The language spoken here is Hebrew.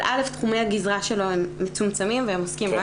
אבל תחומי הגזרה שלו הם מצומצמים והם עוסקים רק